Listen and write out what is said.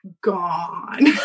gone